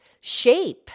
shape